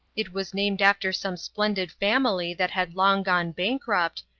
it was named after some splendid family that had long gone bankrupt,